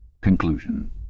Conclusion